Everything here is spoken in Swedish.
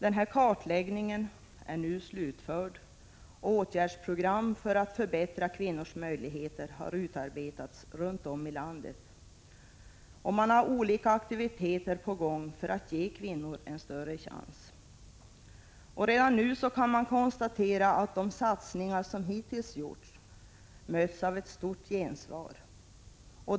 Den kartläggningen är nu slutförd, och åtgärdsprogram för att förbättra kvinnors möjligheter har utarbetats runt om i landet. Man har olika aktiviteter på gång för att ge kvinnor en större chans. Redan nu kan vi konstatera att de satsningar som hittills gjorts möts av ett stort gensvar.